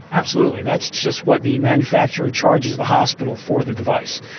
absolutely, that's just what the manufacturer charges the hospital for the device.